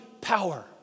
power